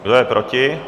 Kdo je proti?